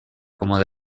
como